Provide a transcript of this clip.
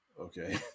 Okay